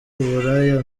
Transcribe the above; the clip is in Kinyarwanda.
uburaya